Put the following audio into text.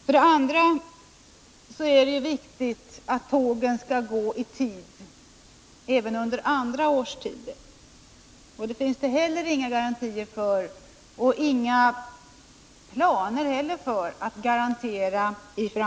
För det andra är det viktigt att tågen går i tid även under andra årstider. Det finns inga planer som för framtiden kan ge garantier härför.